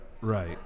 Right